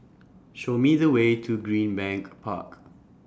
Show Me The Way to Greenbank Park